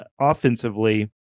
offensively